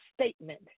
statement